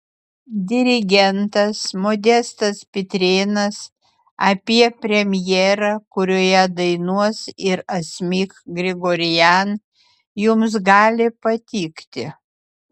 dirigentas modestas pitrėnas apie premjerą kurioje dainuos ir asmik grigorian jums gali patikti